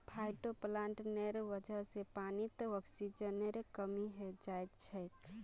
फाइटोप्लांकटनेर वजह से पानीत ऑक्सीजनेर कमी हैं जाछेक